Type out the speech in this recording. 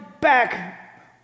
back